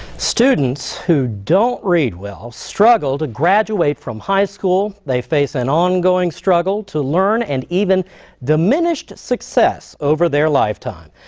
students who don't read well struggle to graduate from high school. they face an ongoing struggle to learn and even diminished success over their lifetime.